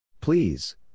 Please